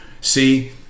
See